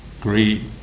greed